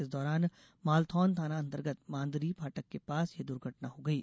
इस दौरान मालथौन थाना अर्न्तगत मांदरी फाटक के पास यह दुर्घटना हो गयी